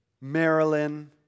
Marilyn